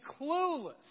clueless